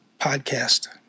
podcast